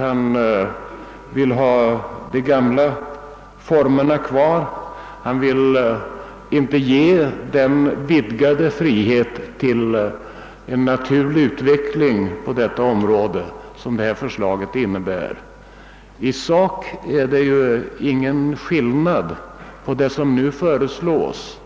Han vill ha de gamla formerna kvar, han vill inte ge den vidgade frihet till en naturlig utveckling på detta område som förslaget innebär. I sak är det ingen skillnad mellan den verksamhet som nu föreslås